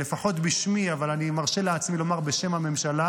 לפחות בשמי, אבל אני מרשה לעצמי לומר בשם הממשלה: